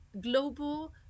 global